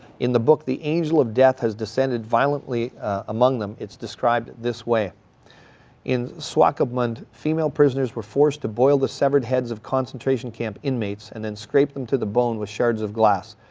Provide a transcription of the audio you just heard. in the book the angel of death has descended violently among them, it's described this way in swakopmund female prisoners were forced to boil the severed heads of concentration camp inmates, and then scrape them to the bone with shards of glass.